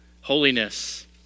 holiness